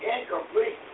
incomplete